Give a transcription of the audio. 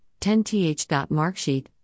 10th.marksheet